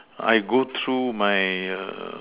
I can go through my err